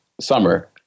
summer